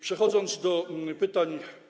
Przechodząc do pytań.